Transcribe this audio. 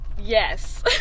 Yes